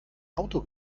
auto